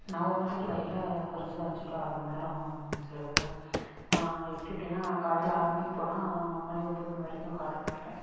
நான் ஒரு நாளைக்கு வயலில் குறஞ்சது அஞ்சி டூ ஆறு மண்நேரம் செலவிடுவேன் எப்படி எப்படின்னா காலையில் ஆறு மணிக்கு போனால் மணி ஒம்பது மணி வரைக்கும் காட்டுக்குள்ளே இருப்பேன்